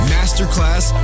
Masterclass